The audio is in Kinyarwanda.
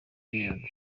union